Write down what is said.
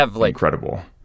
incredible